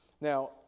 now